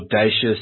audacious